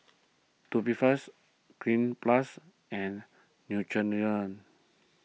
Tubifast Cleanz Plus and Neutrogena